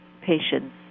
patients